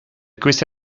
queste